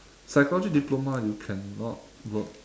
psychology diploma you cannot work